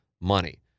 money